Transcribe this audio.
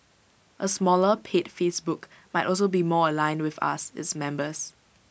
A smaller paid Facebook might also be more aligned with us its members